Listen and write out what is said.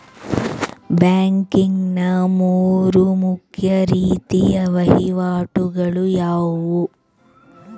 Banking ನ ಮೂರು ಮುಖ್ಯ ರೀತಿಯ ವಹಿವಾಟುಗಳು ಯಾವುವು?